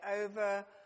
over